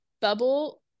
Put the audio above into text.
bubble